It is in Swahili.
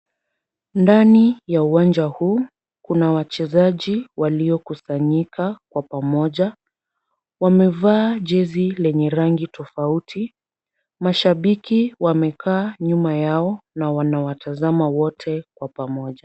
Ndani ya uwanja huu kuna wachezaji waliokusanyika kwa pamoja. Wamevaa jezi lenye rangi tofauti. Mashabaki wamekaa nyuma yao na wanawatazama wote kwa pamoja.